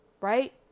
right